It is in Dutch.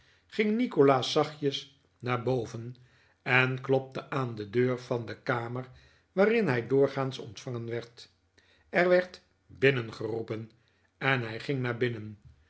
ging nikolaas zaehtjes naar boverf en klopte aan de deur van de kamer waarin hij doorgaans ontvangen werd er werd binnen geroepen en hij ging naar binnen